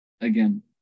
again